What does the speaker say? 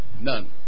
None